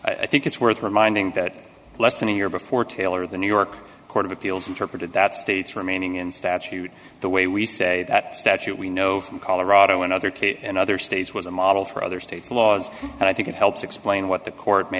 issue i think it's worth reminding that less than a year before taylor the new york court of appeals interpreted that state's remaining in statute the way we say that statute we know in colorado another case in other states was a model for other states laws and i think it helps explain what the court may